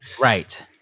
Right